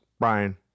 Brian